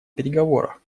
переговорах